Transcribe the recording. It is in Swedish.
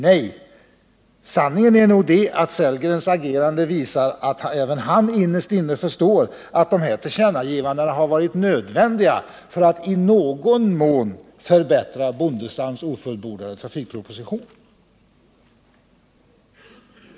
Nej, sanningen är nog den, att herr Sellgrens agerande visar att även han innerst inne förstår att utskottets agerande har varit nödvändigt för att i någon mån förbättra statsrådet Bondestams ofullbordade trafikproposition.